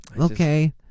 Okay